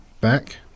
back